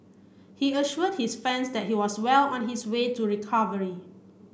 he assured his fans that he was well on his way to recovery